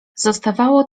zostawało